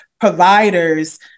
providers